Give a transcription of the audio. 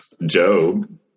Job